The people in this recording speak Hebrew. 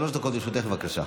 שלוש דקות לרשותך, בבקשה.